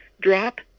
Drop